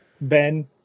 Ben